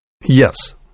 Yes